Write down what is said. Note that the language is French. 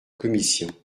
commission